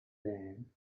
dan